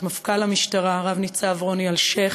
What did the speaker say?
את מפכ"ל המשטרה רב-ניצב רוני אלשיך,